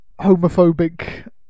homophobic